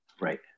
Right